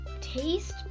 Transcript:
taste